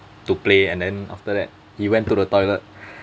to play and then after that he went to the toilet